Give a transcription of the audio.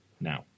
now